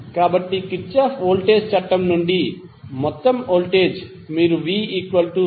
కాబట్టి Kirchhoff voltage చట్టం నుండి మొత్తం వోల్టేజ్ మీరు vv1v2